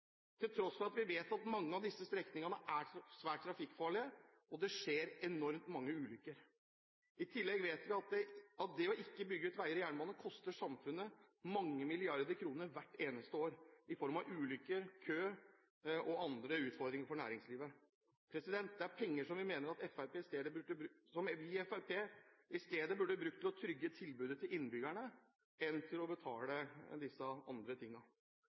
til tross for at vi vet at mange av disse strekningene er svært trafikkfarlige, og det skjer enormt mange ulykker. I tillegg vet vi at det å ikke bygge ut veier og jernbane koster samfunnet mange milliarder kroner hvert eneste år i form av ulykker, kø og andre utfordringer for næringslivet. Det er penger som vi i Fremskrittspartiet mener heller burde vært brukt til å trygge tilbudet til innbyggerne enn til å betale dette andre.